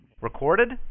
Recorded